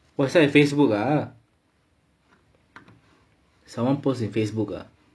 WhatsApp and Facebook ah someone post in Facebook ah